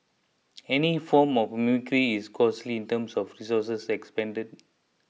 any form of mimicry is costly in terms of resources expended